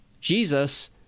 jesus